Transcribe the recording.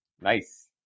Nice